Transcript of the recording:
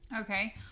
Okay